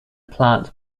plant